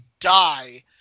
die